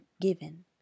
given